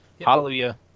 Hallelujah